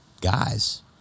guys